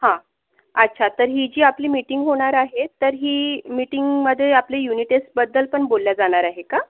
हां अच्छा तर ही जी आपली मीटिंग होणार आहे तर ही मीटिंगमधे आपले युनि टेस्टबद्दल पण बोलल्या जाणार आहे का